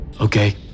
Okay